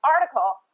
article